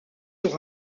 pour